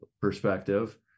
perspective